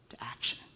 action